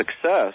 success